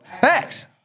Facts